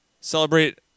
Celebrate